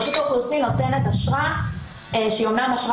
רשות האוכלוסין נותנת אשרה שהיא אמנם אשרה